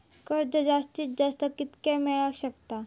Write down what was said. कर्ज जास्तीत जास्त कितक्या मेळाक शकता?